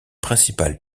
principales